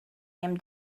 him